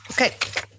Okay